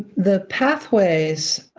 the pathways,